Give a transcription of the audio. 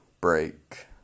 break